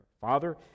Father